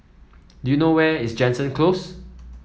do you know where is Jansen Close